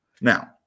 Now